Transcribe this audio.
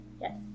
yes